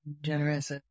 generous